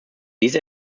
diese